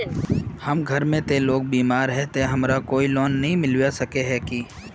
हमर घर में ते लोग बीमार है ते हमरा कोई लोन नय मिलबे सके है की?